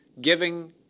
giving